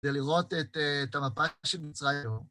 זה לראות את המפה של מצרים.